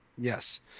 Yes